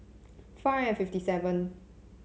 four and fifty seven